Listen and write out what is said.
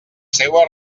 seua